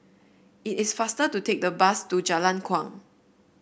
it is faster to take the bus to Jalan Kuang